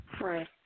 Right